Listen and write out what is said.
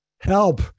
Help